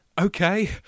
okay